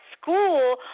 school